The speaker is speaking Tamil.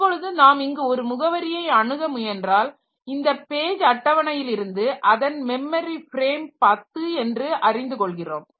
இப்பொழுது நாம் இங்கு ஒரு முகவரியை அணுக முயன்றால் இந்த பேஜ் அட்டவணையிலிருந்து அதன் மெமரி ஃப்ரேம் 10 என்று அறிந்து கொள்கிறோம்